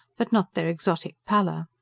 but not their exotic pallor.